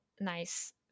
nice